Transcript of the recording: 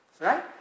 Right